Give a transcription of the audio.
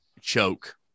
choke